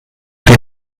den